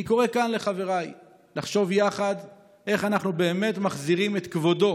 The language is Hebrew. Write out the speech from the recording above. אני קורא כאן לחבריי לחשוב יחד איך אנחנו מחזירים את כבודו